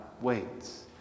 waits